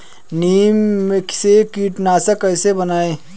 नीम से कीटनाशक कैसे बनाएं?